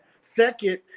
Second